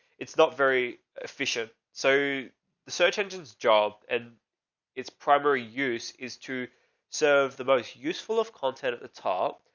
it's not very efficient. so the search engines job and its primary use is to serve the most useful of content at the top.